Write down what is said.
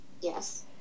Yes